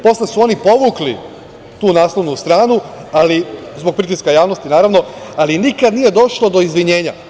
Posle su oni povukli tu naslovnu stranu, zbog pritiska javnosti, naravno, ali nikada nije došlo do izvinjenja.